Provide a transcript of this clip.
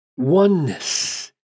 Oneness